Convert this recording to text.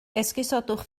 esgusodwch